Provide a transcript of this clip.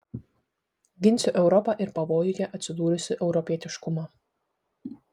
ginsiu europą ir pavojuje atsidūrusį europietiškumą